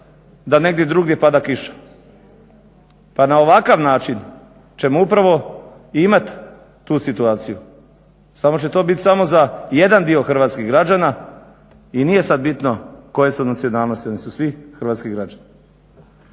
da negdje drugdje pada kiša. Pa na ovakav način ćemo upravo i imat tu situaciju, samo će to biti samo za jedan dio hrvatskih građana i nije sad bitno koje su nacionalnosti, oni su svi hrvatski građani.